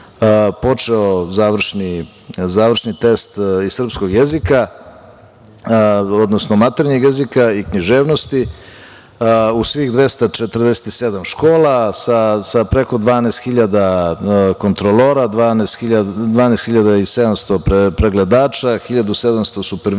počeo završni test iz srpskog jezika, odnosno maternjeg jezika i književnosti u svih 247 škola sa preko 12.000 kontrolora, 12.700 pregledača, 1.700 supervizora,